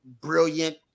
brilliant